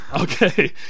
Okay